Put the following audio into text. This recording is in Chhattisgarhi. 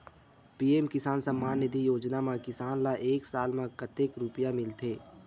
पी.एम किसान सम्मान निधी योजना म किसान ल एक साल म कतेक रुपिया मिलथे?